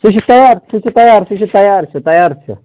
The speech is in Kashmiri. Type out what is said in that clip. سُہ چھُ تَیار سُہ چھُ تَیار سُہ چھُ تَیار تَیار چھُ تَیار چھُ